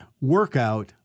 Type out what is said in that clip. workout